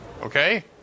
Okay